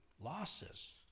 losses